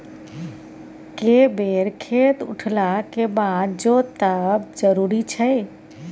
के बेर खेत उठला के बाद जोतब जरूरी छै?